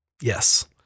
Yes